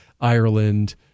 Ireland